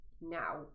now